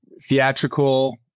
theatrical